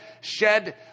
shed